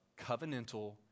covenantal